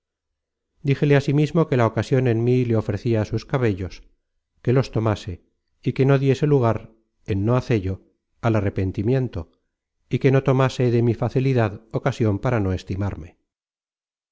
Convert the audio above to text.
es verdad díjele asimismo que la ocasion en mí le ofrecia sus cabellos que los tomase y que no diese lugar en no hacello al arrepentimiento y que no tomase de mi facilidad ocasion para no estimarme